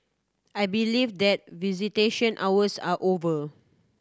I believe that visitation hours are over